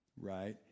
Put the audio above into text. right